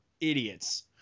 idiots